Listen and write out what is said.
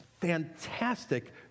fantastic